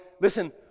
listen